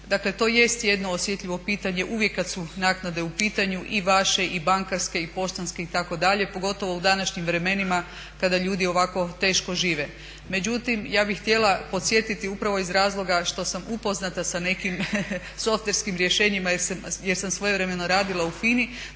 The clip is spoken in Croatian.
Dakle, to jest jedno osjetljivo pitanje uvijek kad su naknade u pitanju i vaše i bankarske i poštanske itd. pogotovo u današnjim vremenima kada ljudi ovako teško žive. Međutim, ja bih htjela podsjetiti upravo iz razloga što sam upoznata sa nekim softverskim rješenjima jer sam svojevremeno radila u FINA-i,